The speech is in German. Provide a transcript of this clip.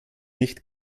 nicht